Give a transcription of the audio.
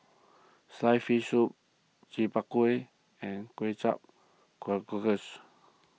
Sliced Fish Soup Chi Kuih and Kway Teow Cockles